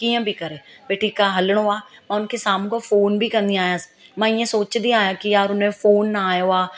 कीअं बि करे भई ठीकु आहे हलिणो आहे मां हुनखे साम्हूं खां फ़ोन बि कंदी आहियांसि मां ईअं सोचंदी आहियां की यार उनजो फ़ोन न आयो आहे